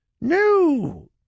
no